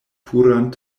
puran